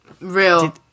Real